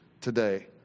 today